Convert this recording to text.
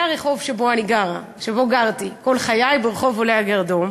זה הרחוב שבו גרתי כל חיי, ברחוב עולי הגרדום,